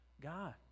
god